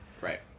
Right